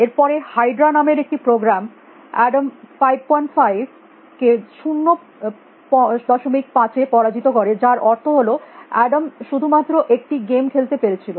এর পরে হাইড্রা নামের একটি প্রোগ্রাম আদম 55 Adam 55কে 05 এ পরাজিত করে যার অর্থ হল আদম শুধুমাত্র একটি গেম খেলতে পেরে ছিল